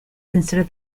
consider